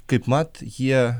kaip mat jie